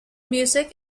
music